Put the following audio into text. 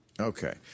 Okay